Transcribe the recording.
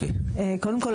קודם כל,